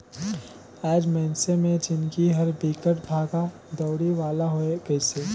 आएज मइनसे मे जिनगी हर बिकट भागा दउड़ी वाला होये गइसे